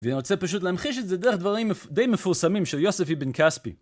ואני רוצה פשוט להמחיש את זה דרך דברים די מפורסמים של יוסף איבן כספי.